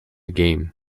game